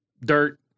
dirt